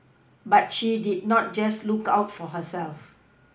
but she did not just look out for herself